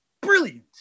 Brilliant